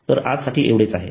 तर आजसाठी एवढेच आहे